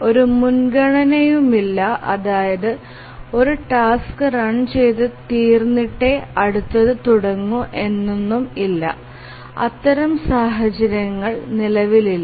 ഒരു മുൻഗണനയുമില്ല അതായത് ഒരു ടാസ്ക് റൺ ചെയ്തു തീര്നിറെ അടുത്തതു തുടങ്ങു എന്നൊനും ഇല്ല അത്തരം സാഹചര്യങ്ങൾ നിലവിലില്ല